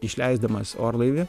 išleisdamas orlaivį